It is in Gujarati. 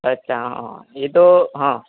અચ્છા હા એ તો હ